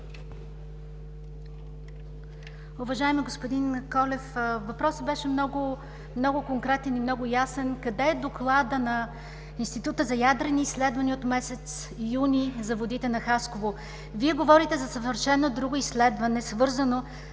Уважаеми господин Колев, въпросът беше много конкретен и много ясен – къде е докладът на Института за ядрени изследвания от месец юни за водите на Хасково? Вие говорите за съвършено друго изследване, свързано